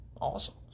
awesome